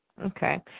Okay